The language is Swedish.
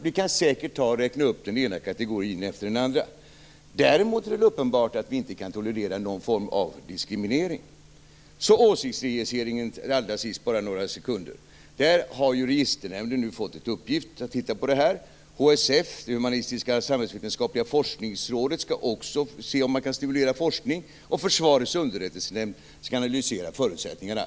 Vi kan säkert räkna upp den ena kategorin efter den andra. Däremot är det uppenbart att vi inte kan tolerera någon form av diskriminering. Registernämnden har nu fått i uppgift att titta på åsiktsregistreringen. HSF, Humanistisksamhällsvetenskapliga forskningsrådet, skall också se om man kan stimulera forskning, och Försvarets underrättelsenämnd skall analysera förutsättningarna.